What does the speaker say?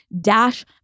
Dash